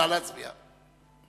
נא להצביע.